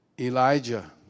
Elijah